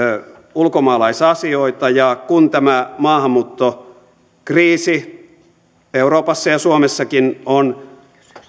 ulkomaalaisasioita ja kun tämä maahanmuuttokriisi euroopassa ja suomessakin on